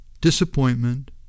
disappointment